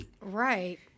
Right